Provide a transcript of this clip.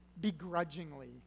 begrudgingly